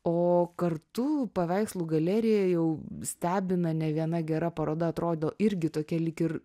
o kartu paveikslų galerija jau stebina ne viena gera paroda atrodo irgi tokia lyg ir